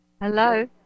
Hello